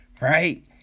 Right